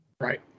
Right